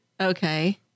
Okay